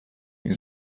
این